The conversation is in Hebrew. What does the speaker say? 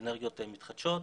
אנרגיות מתחדשות.